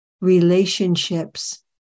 Relationships